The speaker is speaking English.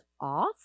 off